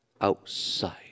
outside